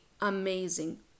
amazing